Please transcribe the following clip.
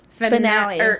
finale